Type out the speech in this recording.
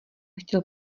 chtěl